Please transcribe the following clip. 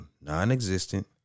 non-existent